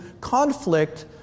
conflict